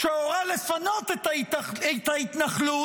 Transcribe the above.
שהורה לפנות את ההתנחלות,